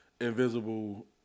invisible